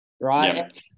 Right